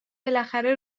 بالاخره